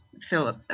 Philip